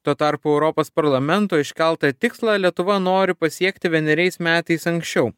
tuo tarpu europos parlamento iškeltą tikslą lietuva nori pasiekti vieneriais metais anksčiau